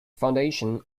foundation